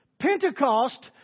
Pentecost